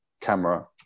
camera